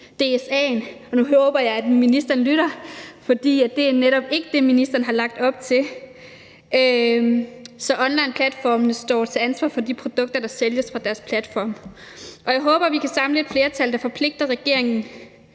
DSA'en – nu håber jeg, at ministeren lytter, for det er netop ikke det, ministeren har lagt op til – så onlineplatformene står til ansvar for de produkter, der sælges fra deres platforme. Og jeg håber, vi kan samle et flertal, der forpligter regeringen,